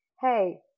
Hey